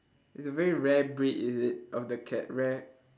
it's a very rare breed is it of the cat rare